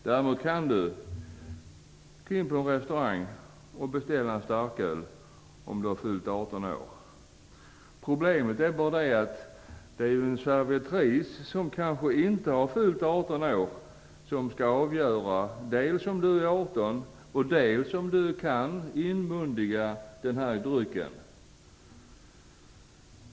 Däremot kan du gå in på en restaurang och beställa en starköl, om du har fyllt 18 år. Problemet är bara det att servitrisen kanske inte har fyllt 18 år men skall avgöra dels om du är 18 år, dels om du kan inmundiga den här drycken.